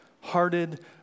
hearted